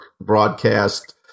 broadcast